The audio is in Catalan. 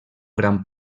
gran